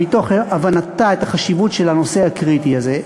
מתוך הבנתה את החשיבות של הנושא הקריטי הזה,